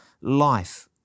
life